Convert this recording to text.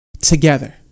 together